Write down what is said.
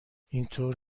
اینطور